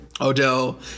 Odell